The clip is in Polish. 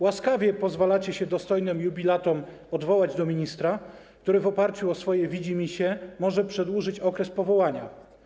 Łaskawie pozwalacie dostojnym jubilatom odwołać się do ministra, który w oparciu o swoje widzimisię może przedłużyć okres powołania.